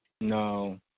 No